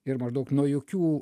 ir maždaug nuo jokių